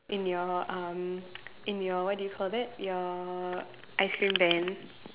in your um in your what do you call that your ice cream van